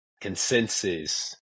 consensus